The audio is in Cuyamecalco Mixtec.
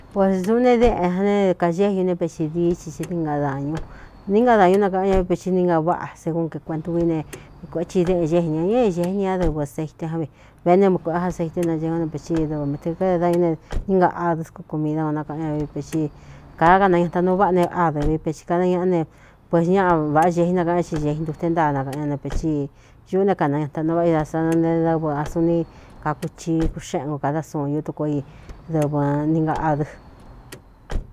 Po duꞌú ne déꞌen a ne kagéꞌ ñu ne pexi dií tsi ɨ níngadañu níngadāñu nakaꞌan ña vé peti nínga váꞌā sekún kē kuēntu vií ne vekuēetsi i déꞌen gée ñā ña é gee ña ña dɨvɨ seite ján vi ve ne m kuēꞌéj a seite nace ñá ne pechí i dɨv matekáde dañú ne nínga adɨ kkumi da o nakaꞌan ña vpei kāá kanañata nuu váꞌa ne ádɨvipeci kanañaꞌa ne pues ñaꞌ vāꞌá ñēí nakaꞌan ñá ti gēꞌi ntute ntáa nakaꞌan ñá ne pecsíi ñuꞌú né kanañata nuu váꞌa i da sana ne dɨvɨ a su ni kākuchi kuxéꞌen ko kāda sun utuko i dɨvɨ ninga adɨ.